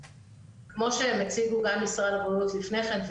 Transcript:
כמו שאמרה נציגת משרד הבריאות לפני כן,